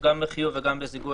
גם בהעברות חיוב וגם בהעברות זיכוי